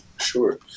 sure